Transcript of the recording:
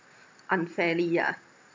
unfairly yeah mm